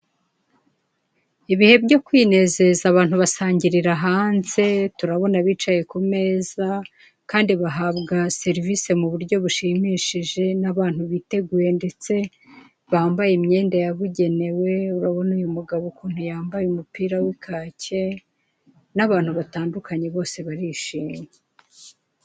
Ibihe byo kwinezeza abantu basangirira hanze, turabona abicaye ku meza, kandi bahabwa serivisi ku buryo bushimishije, n'abantu biteguye ndetse bambaye imyenda yabugenewe, urabona uyu mugabo ukuntu yambaye umupira w'ikake n'abantu batandukanye kandi barishimye.